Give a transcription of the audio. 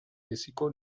biziko